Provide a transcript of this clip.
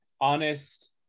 honest